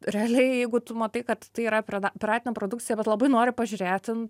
realiai jeigu tu matai kad tai yra preda piratinė produkcija bet labai nori pažiūrėti